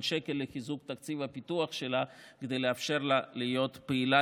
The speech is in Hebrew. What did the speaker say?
שקל לחיזוק תקציב הפיתוח שלה כדי לאפשר לה להיות פעילה